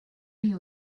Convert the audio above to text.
you